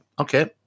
okay